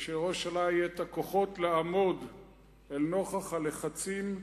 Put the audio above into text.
ושלראש הממשלה יהיו הכוחות לעמוד אל נוכח הלחצים,